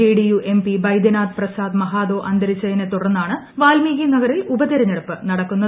JDU MP Baidyanath Prasad Mahato അന്തരിച്ചതിനെ തുടർന്നാണ് വാല്മീകി നഗറിൽ ഉപതെരഞ്ഞെടുപ്പ് നടക്കുന്നത്